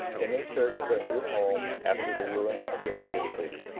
in their search for a new home, after the ruin of their native city.